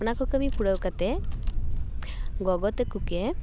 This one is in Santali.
ᱚᱱᱟ ᱠᱚ ᱠᱟᱹᱢᱤ ᱯᱩᱨᱟᱹᱣ ᱠᱟᱛᱮᱜ ᱜᱚᱜᱚ ᱛᱟᱠᱚ ᱜᱮ